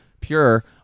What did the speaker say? pure